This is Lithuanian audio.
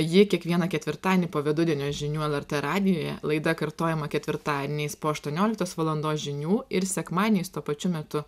ji kiekvieną ketvirtadienį po vidudienio žinių lrt radijuje laida kartojama ketvirtadieniais po aštuonioliktos valandos žinių ir sekmadieniais tuo pačiu metu